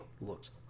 looks